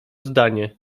zdanie